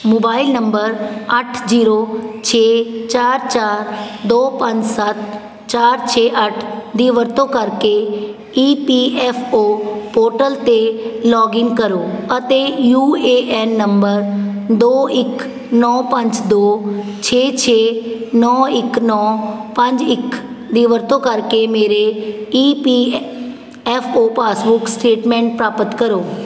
mobile number ਅੱਠ zero ਛੇ ਚਾਰ ਚਾਰ ਦੋ ਪੰਜ ਸੱਤ ਚਾਰ ਛੇ ਅੱਠ ਦੀ ਵਰਤੋਂ ਕਰਕੇ E P F O portal 'ਤੇ ਲੌਗਇਨ ਕਰੋ ਅਤੇ ਯੂ ਏ ਐੱਨ ਨੰਬਰ ਦੋ ਇੱਕ ਨੌ ਪੰਜ ਦੋ ਛੇ ਛੇ ਨੌ ਇੱਕ ਨੌ ਪੰਜ ਇੱਕ ਦੀ ਵਰਤੋਂ ਕਰਕੇ ਮੇਰੇ ਈ ਪੀ ਐ ਐੱਫ ਓ ਪਾਸਬੁੱਕ ਸਟੇਟਮੈਂਟ ਪ੍ਰਾਪਤ ਕਰੋ